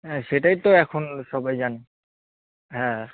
হ্যাঁ সেটাই তো এখন সবাই জানে হ্যাঁ